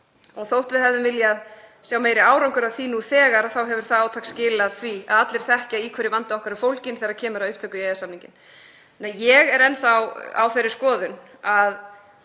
Þótt við hefðum viljað sjá meiri árangur af því nú þegar þá hefur það átak skilað því að allir þekkja í hverju vandi okkar er fólginn þegar kemur að upptöku í EES-samninginn. Ég er enn þá á þeirri skoðun að